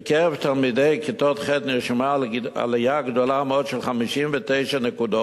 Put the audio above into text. בקרב תלמידי כיתות ח' נרשמה עלייה גדולה מאוד של 59 נקודות,